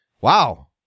Wow